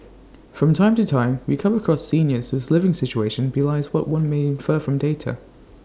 from time to time we come across seniors whose living situation belies what one may infer from data